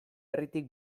herritik